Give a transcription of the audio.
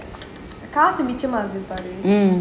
காசு மிச்சம் ஆகுது பாரு:kaasu micham aaguthu paaru